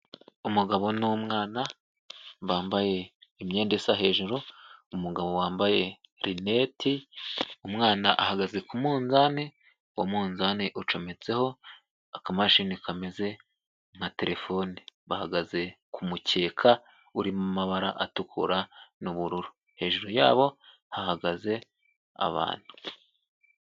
Umugabo n'umwana, bambaye imyenda isa hejuru, umugabo wambaye rineti, umwana ahagaze ku munzani, uwo munzani ucometseho akamashini kameze nka terefone, bahagaze ku mukeka uri mu mabara atukura n'ubururu, hejuru yabo hagaze abantu.